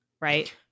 right